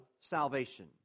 salvation